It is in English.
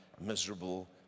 miserable